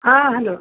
ହଁ ହ୍ୟାଲୋ